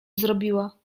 zrobiła